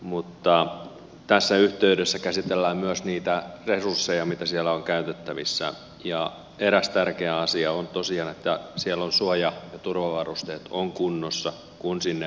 mutta tässä yhteydessä käsitellään myös niitä resursseja mitä siellä on käytettävissä ja eräs tärkeä asia on tosiaan että siellä suoja ja turvavarusteet ovat kunnossa kun sinne on menty